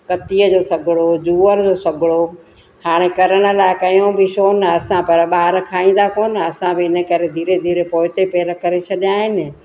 कतीअ जो सॻिड़ो जूअर जो सॻिड़ो हाणे करण लाइ कयूं बि छो न असां पर ॿार खाईंदा पोइ न असां बि इन करे धीरे धीरे पोइते पेर करे छॾिया आहिनि